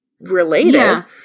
related